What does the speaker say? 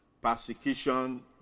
persecution